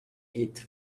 hit